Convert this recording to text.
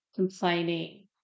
complaining